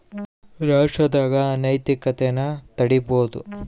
ರಾಷ್ಟ್ರದಾಗ ಅನೈತಿಕತೆನ ತಡೀಬೋದು